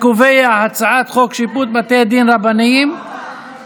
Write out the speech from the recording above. להעביר את הצעת חוק שיפוט בתי דין רבניים (נישואין וגירושין)